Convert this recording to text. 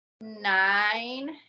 nine